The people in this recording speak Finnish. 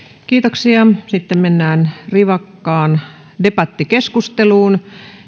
kiitoksia sitten mennään rivakkaan debattikeskusteluun